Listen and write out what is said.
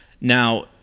Now